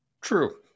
True